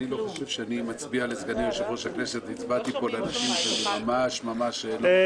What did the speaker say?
אני הצבעתי פה לסגני יושב-ראש הכנסת לאנשים שלא מפיצים אהבת ישראל.